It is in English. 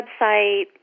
website